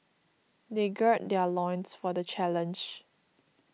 they gird their loins for the challenge